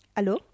Hello